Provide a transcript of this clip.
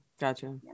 Gotcha